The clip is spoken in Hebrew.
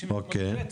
68 ב',